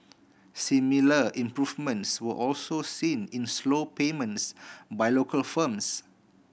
similar improvements were also seen in slow payments by local firms